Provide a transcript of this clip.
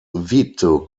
vito